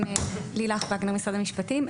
אני ממשרד המשפטים.